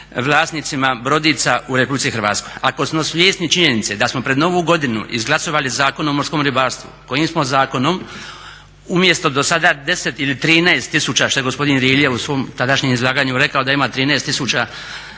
vlasnicima brodica u RH. Ako smo svjesni činjenice da smo pred novu godinu izglasovali Zakon o morskom ribarstvom kojim smo zakonom umjesto dosada 10 ili 13 tisuća što je gospodin Rilje u svom tadašnjem izlaganju rekao da ima 13 tisuća